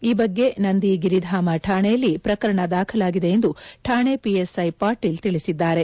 ಈ ಬಗ್ಗೆ ನಂದಿ ಗಿರಿಧಾಮ ಠಾಣೆಯಲ್ಲಿ ಪ್ರಕರಣ ದಾಖಲಾಗಿದೆಯೆಂದು ಠಾಣೆ ಪಿಎಸ್ಐ ಪಾಟೀಲ್ ತಿಳಿಸಿದ್ದಾರೆ